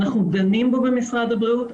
אנחנו דנים בו במשרד הבריאות,